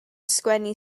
sgwennu